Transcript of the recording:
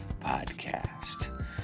podcast